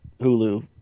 Hulu